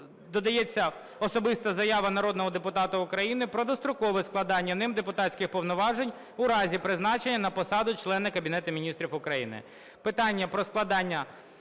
додається особиста заява народного депутата України про дострокове складання ним депутатських повноважень у разі призначення на посаду члена Кабінету Міністрів України.